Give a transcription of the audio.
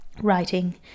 writing